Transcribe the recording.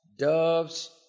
doves